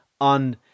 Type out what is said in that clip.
on